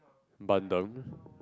bandung